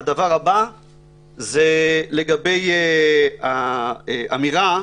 וזאת האמירה,